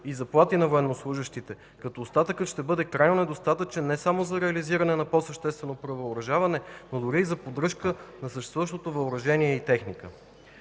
и заплати на военнослужещите, като остатъкът ще бъде крайно недостатъчен не само за реализиране на по-съществено превъоръжаване, но дори и за поддръжка на съществуващото въоръжение и техника.